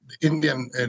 Indian